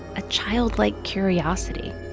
a childlike curiosity.